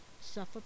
suffer